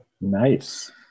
Nice